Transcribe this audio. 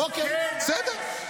אוקיי, בסדר.